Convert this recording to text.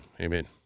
amen